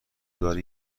دارن